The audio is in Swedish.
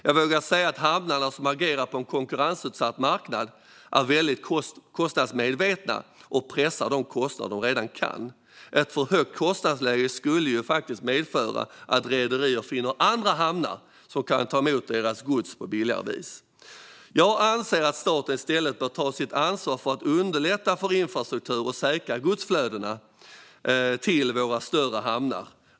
Jag vågar säga att hamnarna, som agerar på en konkurrensutsatt marknad, är väldigt kostnadsmedvetna och redan pressar de kostnader de kan pressa. Ett för högt kostnadsläge skulle faktiskt medföra att rederier finner andra hamnar som kan ta emot deras gods på billigare vis. Jag anser att staten i stället bör ta sitt ansvar för att underlätta för infrastruktur och säkra godsflödena till våra större hamnar.